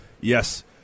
yes